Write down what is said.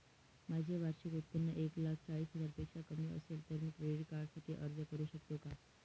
माझे वार्षिक उत्त्पन्न एक लाख चाळीस हजार पेक्षा कमी असेल तर मी क्रेडिट कार्डसाठी अर्ज करु शकतो का?